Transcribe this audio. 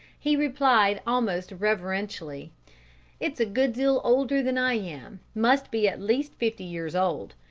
he replied, almost reverentially it's a good deal older than i am must be at least fifty years old.